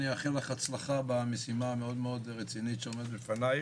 אני אאחל לך הצלחה במשימה הרצינית מאוד שעומדת בפנייך.